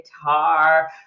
guitar